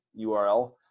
URL